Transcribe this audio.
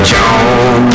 Jones